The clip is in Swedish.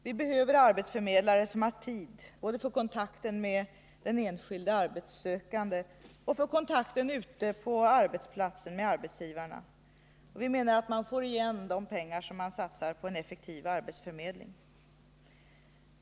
Vi behöver arbetsförmedlare som har tid både för kontakten med den enskilde arbetssökanden och för kontakten med arbetsgivarna ute på arbetsplatserna. Vi anser att man får igen de pengar som man satsar på en effektiv arbetsförmedling.